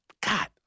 God